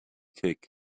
kick